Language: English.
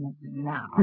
Now